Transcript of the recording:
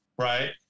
Right